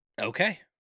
Okay